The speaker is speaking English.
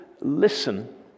listen